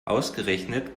ausgerechnet